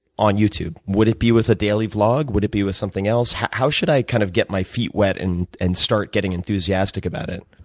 on youtube? would it be with a daily vlog? would it be with something else? how should i kind of get my feet wet and and start getting enthusiastic about it?